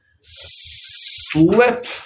slip